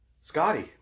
Scotty